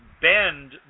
bend